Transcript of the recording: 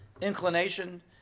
Inclination